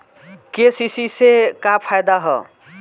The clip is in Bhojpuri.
के.सी.सी से का फायदा ह?